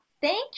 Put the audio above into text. Thank